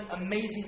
amazing